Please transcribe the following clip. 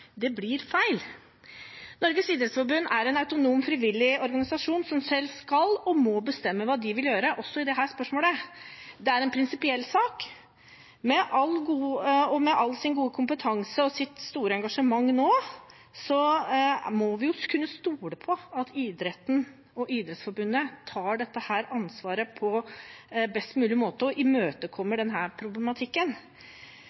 det blir feil. Norges idrettsforbund er en autonom frivillig organisasjon som selv skal og må bestemme hva de vil gjøre, også i dette spørsmålet. Det er en prinsipiell sak og med all sin gode kompetanse og sitt store engasjement må vi nå kunne stole på at idretten og Idrettsforbundet tar dette ansvaret på best mulig måte og